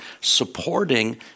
supporting